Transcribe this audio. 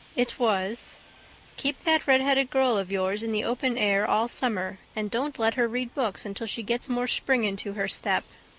it was keep that redheaded girl of yours in the open air all summer and don't let her read books until she gets more spring into her step.